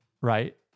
right